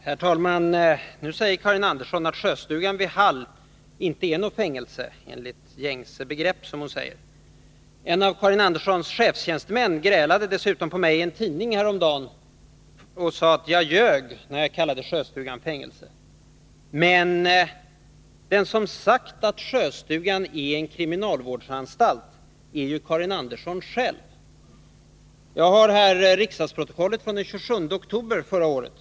Herr talman! Nu säger Karin Andersson att Sjöstugan vid Hall inte är något fängelse enligt gängse begrepp. En av Karin Anderssons chefstjänstemän grälade dessutom på mig i en tidning häromdagen och sade att jag ljög när jag kallade Sjöstugan för fängelse. Men den som sagt att Sjöstugan är en kriminalvårdsanstalt är ju Karin Andersson själv. Jag har här riksdagsprotokollet från den 27 oktober förra året.